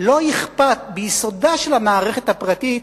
ביסודה של המערכת הפרטית,